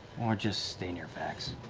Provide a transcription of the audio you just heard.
or just stay near vax.